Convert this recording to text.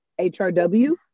HRW